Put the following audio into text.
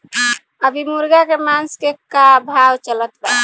अभी मुर्गा के मांस के का भाव चलत बा?